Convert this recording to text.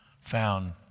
found